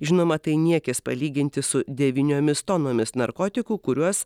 žinoma tai niekis palyginti su devyniomis tonomis narkotikų kuriuos